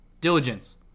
Diligence